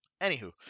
Anywho